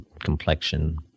complexion